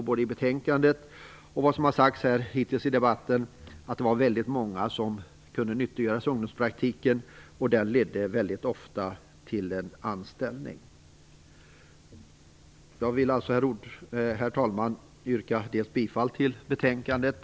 Både i betänkandet och hittills i debatten har man påvisat att väldigt många kunde nyttiggöras i ungdomspraktiken. Den ledde dessutom ofta till en anställning. Jag vill alltså, herr talman, yrka bifall till hemställan i betänkandet.